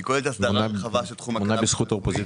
היא כוללת הסדרה רחבה של תחום הקנאביס רפואי.